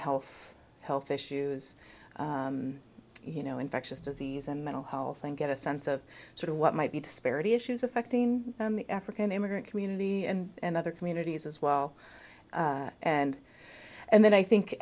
health health issues you know infectious disease and mental health and get a sense of sort of what might be disparity issues affecting the african immigrant community and other communities as well and and then i